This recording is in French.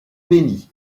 bénit